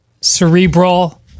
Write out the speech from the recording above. cerebral